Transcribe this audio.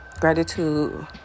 gratitude